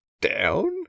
down